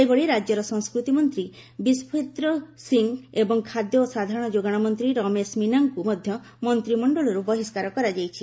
ସେହିଭଳି ରାଜ୍ୟର ସଂସ୍କୃତି ମନ୍ତ୍ରୀ ବିଶ୍ଭେନ୍ଦ୍ର ସିଂ ଏବଂ ଖାଦ୍ୟ ଓ ସାଧାରଣ ଯୋଗାଣ ମନ୍ତ୍ରୀ ରମେଶ ମୀନାଙ୍କୁ ମଧ୍ୟ ମନ୍ତ୍ରିମଣ୍ଡଳରୁ ବହିଷ୍କାର କରାଯାଇଛି